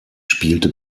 spielte